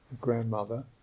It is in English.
grandmother